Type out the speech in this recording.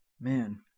Man